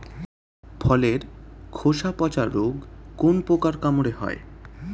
ফলের খোসা পচা রোগ কোন পোকার কামড়ে হয়?